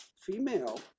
female